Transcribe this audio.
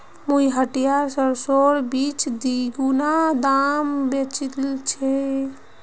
मुई हटियात सरसोर बीज दीगुना दामत बेचील छि